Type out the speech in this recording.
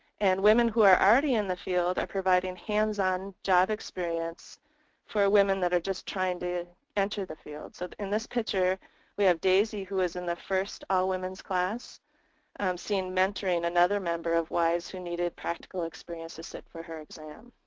and women who are already in the field are providing hands on job experience for women that are just trying to enter the field. so in this picture we have daisy who is in the first all-women's class seen mentoring another member of wise who needed practical experience to sit for her exam.